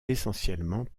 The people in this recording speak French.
essentiellement